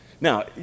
Now